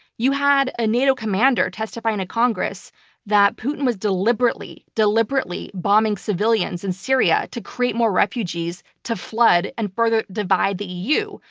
you had a nato commander testifying to congress that putin was deliberately, deliberately bombing civilians in syria to create more refugees to flood and further divide the eu,